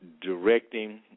directing